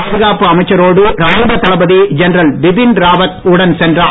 பாதுகாப்பு அமைச்சரோடு ராணுவ தளபதி ஜென்ரல் பிபின் ராவத் உடன் சென்றார்